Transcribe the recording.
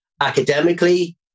academically